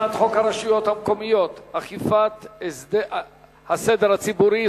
הצעת חוק הרשויות המקומיות (אכיפת הסדר הציבורי,